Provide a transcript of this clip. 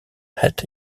het